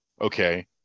okay